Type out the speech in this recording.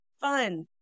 fun